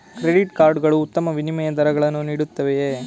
Credit card ಗಳು ಉತ್ತಮ ವಿನಿಮಯ ದರಗಳನ್ನು ನೀಡುತ್ತವೆಯೇ?